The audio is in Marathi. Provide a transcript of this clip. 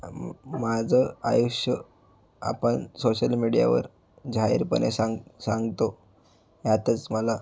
माझं आयुष्य आपण सोशल मीडियावर जाहीरपणे सांग सांगतो यातच मला